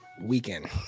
weekend